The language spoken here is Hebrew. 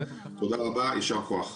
תודה רבה, ישר כוח.